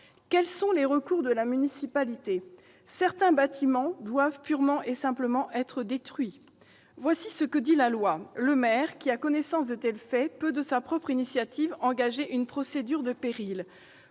tel cas, les recours de la municipalité ? Certains bâtiments doivent purement et simplement être détruits. Or voici ce que prévoit la loi : le maire qui a connaissance de tels faits peut, sur sa propre initiative, engager une procédure de péril